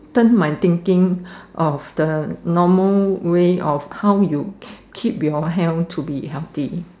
turn my thinking of the normal way of how you keep your health to be healthy